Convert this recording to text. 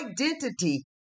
identity